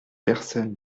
personnes